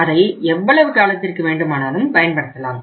அதை எவ்வளவு காலத்திற்கு வேண்டுமானாலும் பயன்படுத்தலாம்